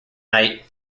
night